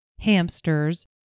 hamsters